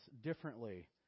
differently